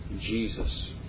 Jesus